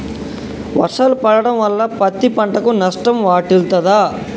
వర్షాలు పడటం వల్ల పత్తి పంటకు నష్టం వాటిల్లుతదా?